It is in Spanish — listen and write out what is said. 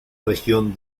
región